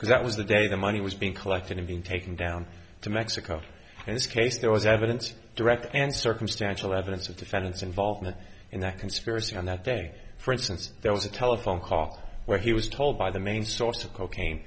because that was the day the money was being collected and being taken down to mexico in this case there was evidence direct and circumstantial evidence of defendants involvement in that conspiracy on that day for instance there was a telephone call where he was told by the main source of cocaine